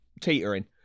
teetering